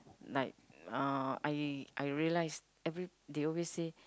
like uh I I realise every they always say